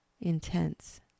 intense